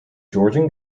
georgian